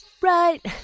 right